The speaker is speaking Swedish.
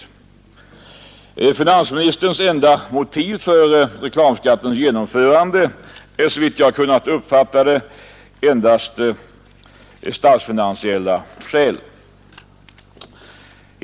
Finansministerns enda motiv för reklamskattens genomförande är, såvitt jag kunnat uppfatta, statsfinansiella skäl.